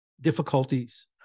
difficulties